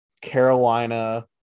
Carolina